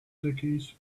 decades